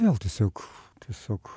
vėl tiesiog tiesiog